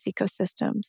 ecosystems